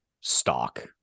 stock